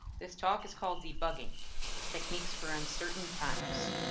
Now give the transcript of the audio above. this talk is called debugging techniques for uncertain times.